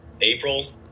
April